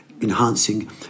enhancing